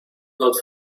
hot